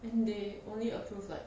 and they only approve like